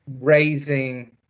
raising